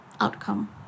outcome